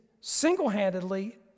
single-handedly